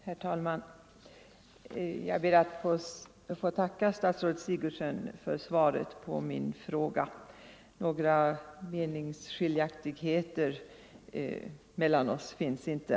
Herr talman! Jag ber att få tacka statsrådet Sigurdsen för svaret på min fråga. Några meningsskiljaktigheter mellan oss finns inte.